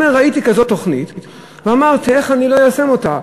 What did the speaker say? אומר: ראיתי כזאת תוכנית ואמרתי: איך אני לא איישם אותה?